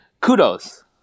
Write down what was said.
kudos